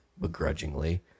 begrudgingly